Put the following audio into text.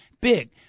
big